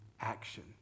action